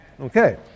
okay